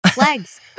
Legs